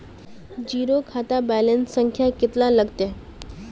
Zero खाता balance संख्या कतला लगते?